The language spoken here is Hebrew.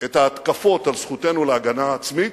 את ההתקפות על זכותנו להגנה עצמית,